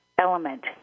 element